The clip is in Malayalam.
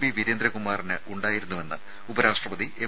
പി വീരേന്ദ്രകുമാറിനുണ്ടായിരുന്നുവെന്ന് ഉപരാഷ്ട്രപതി എം